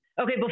Okay